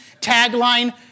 tagline